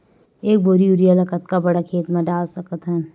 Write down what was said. एक बोरी यूरिया ल कतका बड़ा खेत म डाल सकत हन?